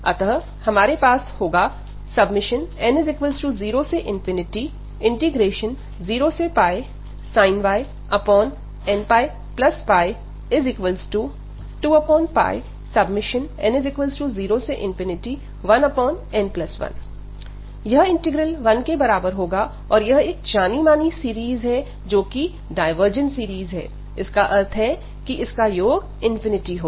अतः हमारे पास होगा n00sin y nππdy2n01n1 यह इंटीग्रल 1 के बराबर होगा और यह एक जानी मानी सीरीज है जोकि डायवर्जेंट सीरीज है इसका अर्थ है कि इसका योग होगा